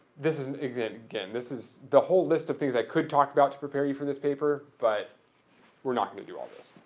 this is and again, this is the whole list of things i could talk about to prepare you for this paper, but we're not going to do all this.